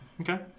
Okay